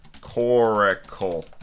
Coracle